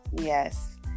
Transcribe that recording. yes